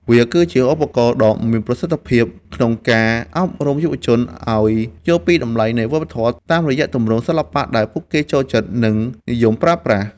វាគឺជាឧបករណ៍ដ៏មានប្រសិទ្ធភាពក្នុងការអប់រំយុវជនឱ្យយល់ពីតម្លៃនៃវប្បធម៌ តាមរយៈទម្រង់សិល្បៈដែលពួកគេចូលចិត្ត និងនិយមប្រើប្រាស់។